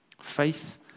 Faith